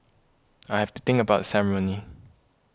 I have to think about the ceremony